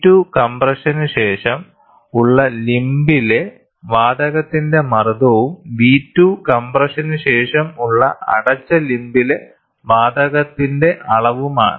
P2 കംപ്രഷനുശേഷം ഉള്ള ലിംമ്പിലെ വാതകത്തിന്റെ മർദ്ദവും V2 കംപ്രഷനുശേഷം ഉള്ള അടച്ച ലിംമ്പിലെ വാതകത്തിന്റെ അളവുമാണ്